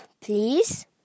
please